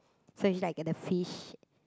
so you just like get the fish